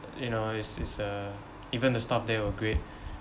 you know it's it's uh even the staff there were great